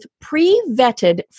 pre-vetted